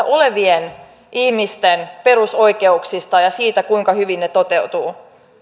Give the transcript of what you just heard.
olevien ihmisten perusoikeuksista ja siitä kuinka hyvin ne toteutuvat